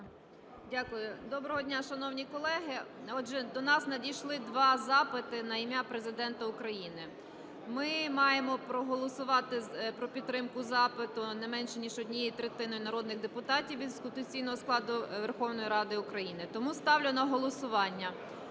Дякую. Доброго дня, шановні колеги! Отже, до нас надійшли два запити на ім'я Президента України. Ми маємо проголосувати про підтримку запиту не менше ніж однією третиною народних депутатів від конституційного складу Верховної Ради України. Тому ставлю на голосування